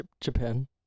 Japan